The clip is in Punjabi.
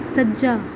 ਸੱਜਾ